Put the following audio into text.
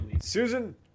Susan